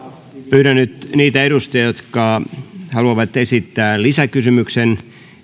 pyydän nyt niitä edustajia jotka haluavat esittää lisäkysymyksen